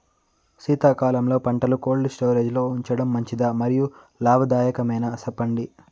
శీతాకాలంలో పంటలు cold storage లో ఉంచడం మంచిదా? మరియు లాభదాయకమేనా, సెప్పండి